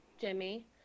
Jimmy